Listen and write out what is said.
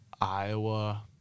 Iowa